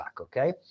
okay